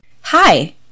Hi